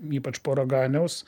ypač po raganiaus